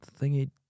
thingy